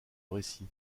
récit